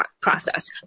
process